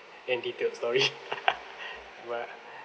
and detailed story but